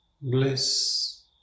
bliss